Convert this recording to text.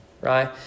right